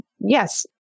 yes